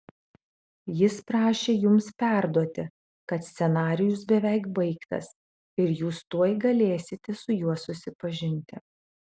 jis prašė jums perduoti kad scenarijus beveik baigtas ir jūs tuoj galėsite su juo susipažinti